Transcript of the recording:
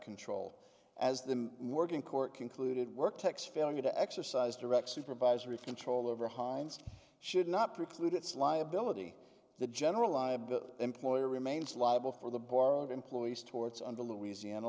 control as the working court concluded work tex failure to exercise direct supervisor of control over heinz should not preclude its liability the general liability employer remains liable for the borrowed employees torts under louisiana